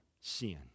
sin